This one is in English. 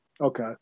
Okay